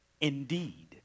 indeed